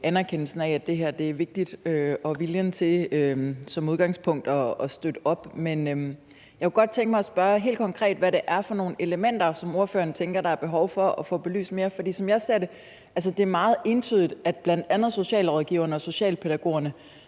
viljen til som udgangspunkt at støtte op. Men jeg kunne godt tænke mig at spørge helt konkret, hvad det er for nogle elementer, som ordføreren tænker der er behov for at få belyst mere. For som jeg ser det, er det meget entydigt, at bl.a. socialrådgiverne og socialpædagogerne,